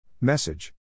Message